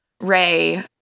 Ray